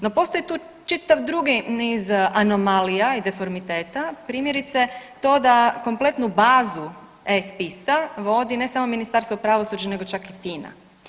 No, postoji tu čitav drugi niz anomalija i deformiteta primjerice to da kompletnu bazu e-spisa vodi ne samo Ministarstvo pravosuđa nego čak i FINA.